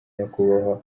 nyakubahwa